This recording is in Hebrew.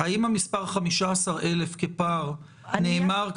האם המספר 15,000 כפער נאמר,